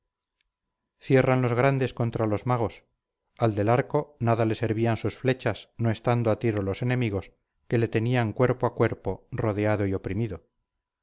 cierran los grandes contra los magos al del arco nada le servían sus flechas no estando a tiro los enemigos que le tenían cuerpo a cuerpo rodeado y oprimido